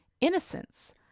innocence